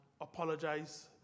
apologize